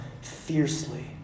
fiercely